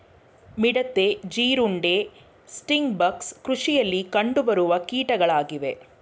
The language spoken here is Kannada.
ಮಿಡತೆ, ಜೀರುಂಡೆ, ಸ್ಟಿಂಗ್ ಬಗ್ಸ್ ಕೃಷಿಯಲ್ಲಿ ಕಂಡುಬರುವ ಕೀಟಗಳಾಗಿವೆ